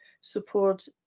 support